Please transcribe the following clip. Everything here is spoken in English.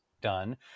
done